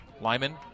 Lyman